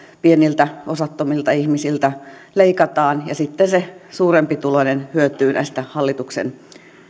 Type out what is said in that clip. pieniltä osattomilta ihmisiltä leikataan ja sitten se suurempituloinen hyötyy näistä hallituksen